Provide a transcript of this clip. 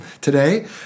today